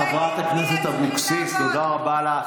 חברת הכנסת אבקסיס, תודה רבה לך.